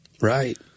Right